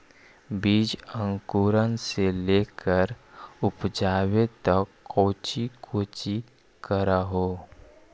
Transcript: बीज अंकुरण से लेकर उपजाबे तक कौची कौची कर हो?